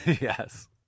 Yes